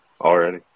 Already